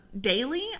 daily